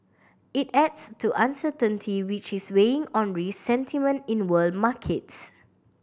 it adds to uncertainty which is weighing on risk sentiment in world markets